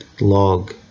log